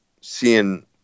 seeing